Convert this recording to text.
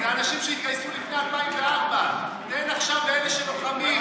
זה אנשים שהתגייסו לפני 2004. תן עכשיו לאלה שלוחמים.